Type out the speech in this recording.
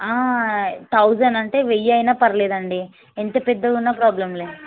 thousand అంటే వెయ్యి అయినా పర్లేదు అండి ఎంత పెద్దగా ఉన్నా ప్రాబ్లం లేదు